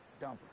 dump